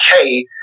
okay